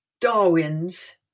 Darwin's